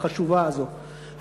החשובה הזו,